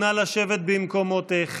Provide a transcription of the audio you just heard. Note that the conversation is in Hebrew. נא לשבת במקומותיכם.